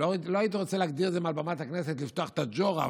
לא הייתי רוצה להגדיר את זה מעל במת הכנסת כלפתוח את הג'ורה,